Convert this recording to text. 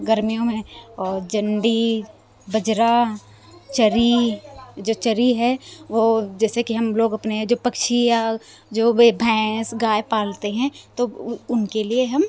गर्मियों में और जंडी बजरा चरी जो चरी है वो जैसे कि हम लोग अपने जो पक्षी या जो वे भैंस गाय पालते हैं तो उनके लिए हम